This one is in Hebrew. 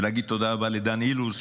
ולהגיד תודה רבה לדן אילוז,